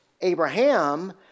Abraham